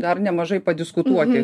dar nemažai padiskutuoti